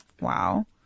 Wow